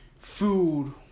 Food